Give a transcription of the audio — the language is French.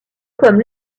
comme